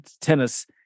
tennis